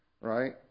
right